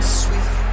sweet